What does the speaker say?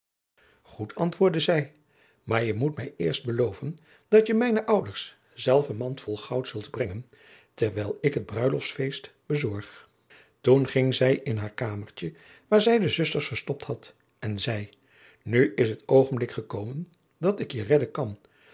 goed antwoordde zij maar je moet mij eerst beloven dat je mijne ouders zelf een mand vol goud zult brengen terwijl ik het bruiloftsfeest bezorg toen ging zij in haar kamertje waar zij de zusters verstopt had en zei nu is het oogenblik gekomen dat ik je redden kan